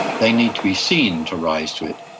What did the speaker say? they need to be seen to rise to it,